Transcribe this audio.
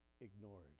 ignored